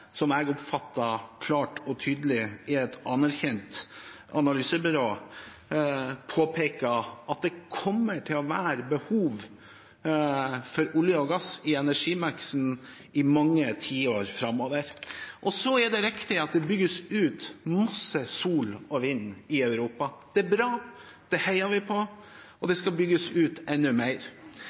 som jeg oppfatter klart og tydelig som et anerkjent analysebyrå, påpeker, at det kommer til å være behov for olje og gass i energimiksen i mange tiår framover. Det er riktig at det bygges ut mye solenergi og vindkraft i Europa. Det er bra, det heier vi på, og det skal bygges ut enda mer.